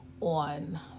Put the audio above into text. on